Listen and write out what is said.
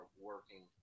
working